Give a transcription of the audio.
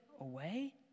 away